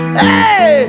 hey